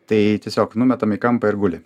tai tiesiog numetam į kampą ir guli